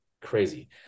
Crazy